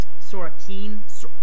Sorokin